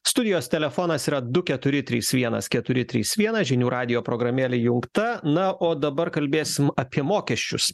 studijos telefonas yra du keturi trys vienas keturi trys vienas žinių radijo programėlė įjungta na o dabar kalbėsim apie mokesčius